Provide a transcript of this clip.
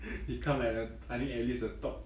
become like the I think at least the top